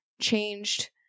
changed